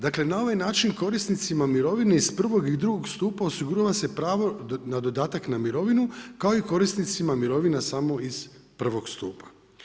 Dakle, na ovaj način korisnicima mirovine iz prvog i drugog stupa osigurava se pravo na dodatak na mirovinu kao i korisnicima mirovina samo iz prvog stupa.